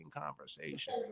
conversation